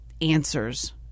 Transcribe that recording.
answers